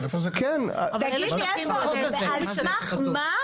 תגיד לי, על סמך מה?